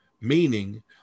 meaning